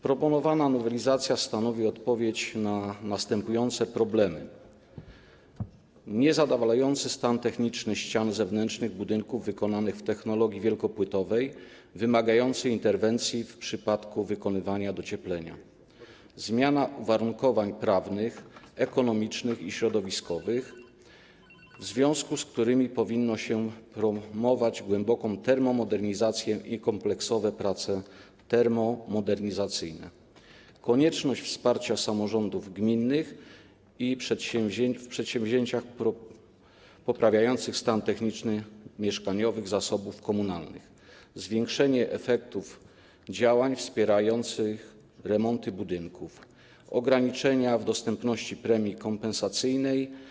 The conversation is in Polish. Proponowana nowelizacja stanowi odpowiedź na następujące problemy: niezadowalający stan techniczny ścian zewnętrznych budynków wykonanych w technologii wielkopłytowej, wymagający interwencji w przypadku wykonywania docieplenia; zmianę uwarunkowań prawnych, ekonomicznych i środowiskowych, w związku z którymi powinno się promować głęboką termomodernizację i kompleksowe prace termomodernizacyjne; konieczność wsparcia samorządów gminnych w przedsięwzięciach poprawiających stan techniczny mieszkaniowych zasobów komunalnych; zwiększenie efektów działań wspierających remonty budynków; ograniczenia w dostępności premii kompensacyjnej.